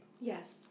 Yes